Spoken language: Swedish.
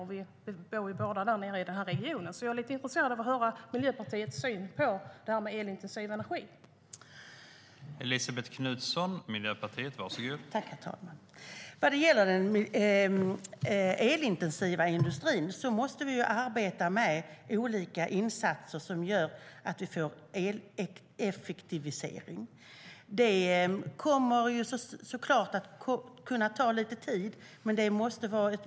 Både Elisabet Knutsson och jag bor i den regionen, och jag är lite intresserad av att höra Miljöpartiets syn på elintensiv industri.